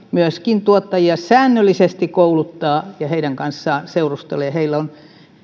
myöskin tuottajia säännöllisesti kouluttaa ja heidän kanssaan seurustelee sillä on